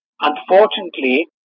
unfortunately